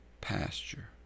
pasture